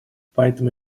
поэтому